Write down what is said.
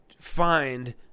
find